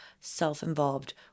self-involved